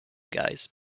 guys